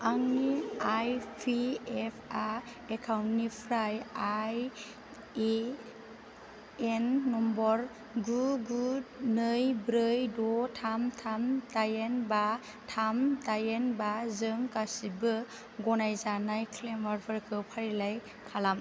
आंनि आईपिएफआ एकाउन्टनिफ्राय आईएएन नम्बर गु गु नै ब्रै द' थाम थाम दाइन बा थाम दाइन बा जों गासिबो गनायजानाय क्लेमाफोरखौ फारिलाय खालाम